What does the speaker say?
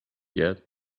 yet